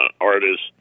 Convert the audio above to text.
artists